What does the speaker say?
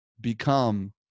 become